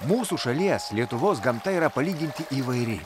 mūsų šalies lietuvos gamta yra palyginti įvairi